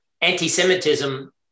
anti-Semitism